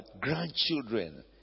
grandchildren